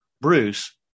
Bruce